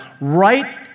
right